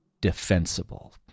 defensible